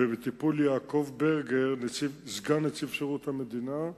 ובטיפול יעקב ברגר, סגן נציב שירות המדינה,